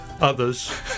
others